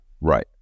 Right